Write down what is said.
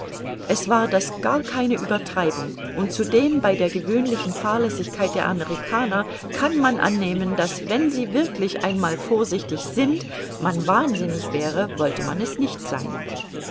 es war das gar keine uebertreibung und zudem bei der gewöhnlichen fahrlässigkeit der amerikaner kann man annehmen daß wenn sie wirklich einmal vorsichtig sind man wahnsinnig wäre wollte man es nicht sein